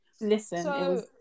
Listen